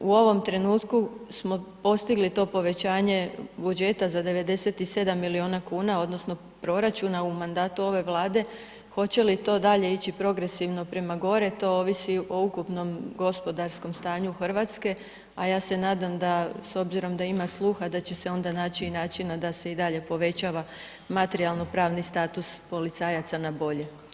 U ovom trenutku smo postigli to povećanje budžeta za 97 milijuna kuna odnosno proračuna u mandatu ove Vlade, hoće li to dalje ići progresivno prema gore, to ovisi o ukupnom gospodarskom stanju RH, a ja se nadam da s obzirom da ima sluha, da će se onda naći i načina da se i dalje povećava materijalno pravni status policajaca na bolje.